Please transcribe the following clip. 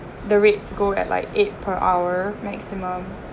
the rates go at like eight per hour maximum